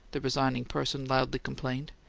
the resigning person loudly complained.